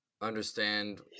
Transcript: understand